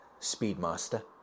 Speedmaster